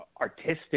artistic